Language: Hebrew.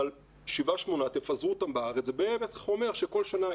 אבל 7-8, תפזרו אותם בארץ, זה בערך אומר כל שנה.